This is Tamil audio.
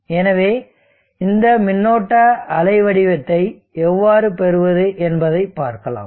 எனவே இந்த மின்னோட்ட அலை வடிவத்தை எவ்வாறு பெறுவது என்பதை பார்க்கலாம்